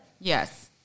Yes